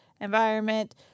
environment